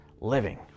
living